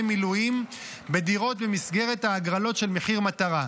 מילואים בדירות במסגרת ההגרלות של מחיר מטרה.